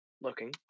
looking